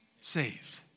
saved